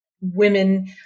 women